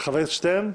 חבר הכנסת שטרן?